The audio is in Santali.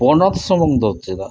ᱯᱚᱱᱚᱛ ᱥᱩᱢᱩᱝ ᱫᱚ ᱪᱮᱫᱟᱜ